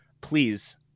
please